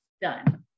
Done